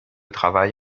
travail